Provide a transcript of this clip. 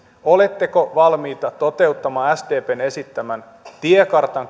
oletteko valmiita toteuttamaan sdpn esittämän tiekartan